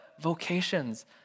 vocations